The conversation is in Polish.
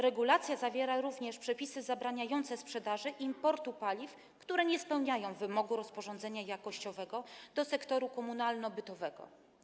Regulacja zawiera również przepisy zabraniające sprzedaży i importu paliw, które nie spełniają wymogu rozporządzenia jakościowego, do sektora komunalno-bytowego.